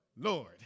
Lord